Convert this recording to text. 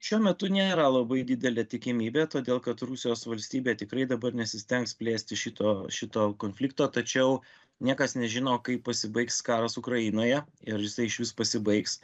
šiuo metu nėra labai didelė tikimybė todėl kad rusijos valstybė tikrai dabar nesistengs plėsti šito šito konflikto tačiau niekas nežino kaip pasibaigs karas ukrainoje ir isai išvis pasibaigs